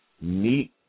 meet